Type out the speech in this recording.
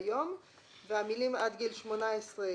היום 19 בדצמבר 2018, י"א בטבת תשע"ט,